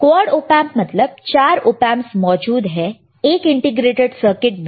quad op amp मतलब चार op amps मौजूद है एक इंटीग्रेटेड सर्किट में